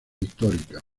histórica